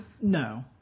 No